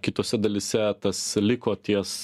kitose dalyse tas liko ties